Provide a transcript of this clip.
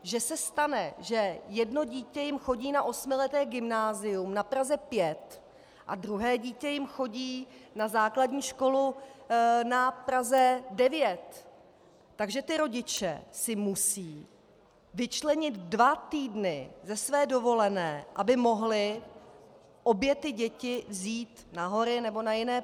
Že se stane, že jedno dítě jim chodí na osmileté gymnázium na Praze 5 a druhé dítě jim chodí na základní školu na Praze 9, takže ti rodiče si musí vyčlenit dva týdny ze své dovolené, aby mohli obě děti vzít na hory nebo na jiné prázdniny.